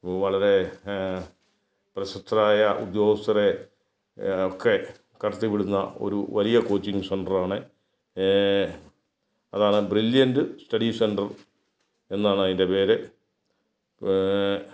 വളരെ പ്രശസ്തരായ ഉദ്യോഗസ്ഥരെ ഒക്കെ കടത്തി വിടുന്ന വലിയ കോച്ചിങ് സെൻറ്ററാണ് അതാണ് ബ്രില്ലിയൻറ്റ് സ്റ്റഡി സെൻറ്റർ എന്നാണ് അതിൻ്റെ പേര്